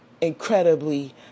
incredibly